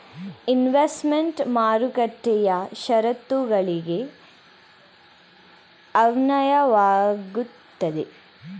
investment ಮಾರುಕಟ್ಟೆಯ ಶರತ್ತುಗಳಿಗೆ ಅನ್ವಯವಾಗುತ್ತದೆ